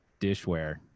dishware